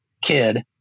kid